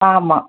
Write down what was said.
ஆமாம்